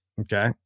Okay